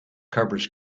covers